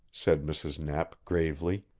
said mrs. knapp gravely.